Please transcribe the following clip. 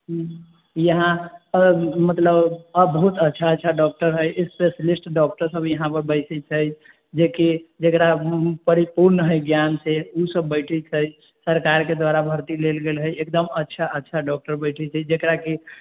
ई अहाँ मतलब अद्भुत अच्छा अच्छा डॉक्टर है स्पेस्लिस्ट डॉक्टर सब ईहाँ पे बैसै छै जेकी जकरा परिपूर्ण है ज्ञान से ओसब बैठै छै सरकार के द्वारा भर्ती कयल गेल है एकदम अच्छा अच्छा डॉक्टर बैठै छै जकरा की